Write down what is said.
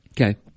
Okay